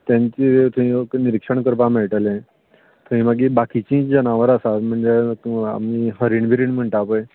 तेंचे थंय निरिक्षण करपा मेळटलें थंय मागीर बाकीचीं जनावरां आसात म्हणजे आमी हरीण बरीण म्हण्टा पळय